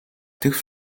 tych